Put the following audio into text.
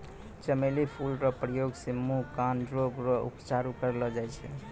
चमेली फूल रो प्रयोग से मुँह, कान रोग रो उपचार करलो जाय छै